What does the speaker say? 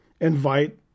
invite